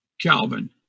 Calvin